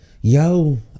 yo